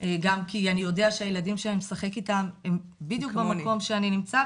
גם כי אני יודע שהילדים שאני משחק איתם הם בדיוק במקום שאני נמצא,